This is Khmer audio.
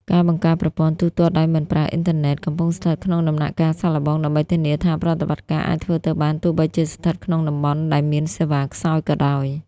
ការបង្កើតប្រព័ន្ធ ទូទាត់ដោយមិនប្រើអ៊ីនធឺណិត កំពុងស្ថិតក្នុងដំណាក់កាលសាកល្បង ដើម្បីធានាថាប្រតិបត្តិការអាចធ្វើទៅបានទោះបីជាស្ថិតក្នុងតំបន់ដែលមានសេវាខ្សោយក៏ដោយ។